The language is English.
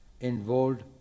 involved